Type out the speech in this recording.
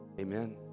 Amen